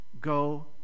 go